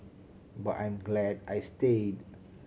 but I am glad I stayed